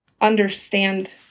understand